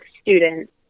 students